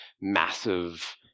massive